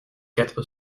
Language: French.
quatre